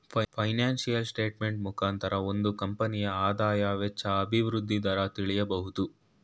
financial statement ಮುಖಾಂತರ ಒಂದು ಕಂಪನಿಯ ಆದಾಯ, ವೆಚ್ಚ, ಅಭಿವೃದ್ಧಿ ದರ ತಿಳಿಬೋದು